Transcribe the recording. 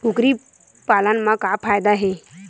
कुकरी पालन म का फ़ायदा हे?